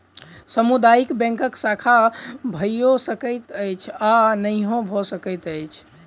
सामुदायिक बैंकक शाखा भइयो सकैत अछि आ नहियो भ सकैत अछि